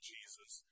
Jesus